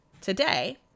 today